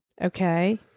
Okay